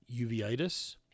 uveitis